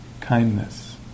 kindness